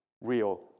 real